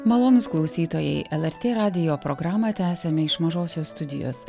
malonūs klausytojai lrt radijo programą tęsiame iš mažosios studijos